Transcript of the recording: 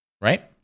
Right